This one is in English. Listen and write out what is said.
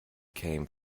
came